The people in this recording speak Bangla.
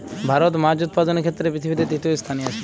ভারত মাছ উৎপাদনের ক্ষেত্রে পৃথিবীতে তৃতীয় স্থানে আছে